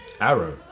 Arrow